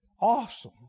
awesome